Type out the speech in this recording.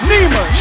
Nima